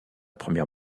première